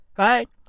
Right